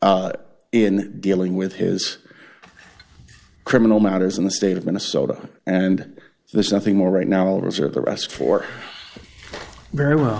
rights in dealing with his criminal matters in the state of minnesota and this is nothing more right now as are the rest for very well